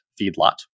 feedlot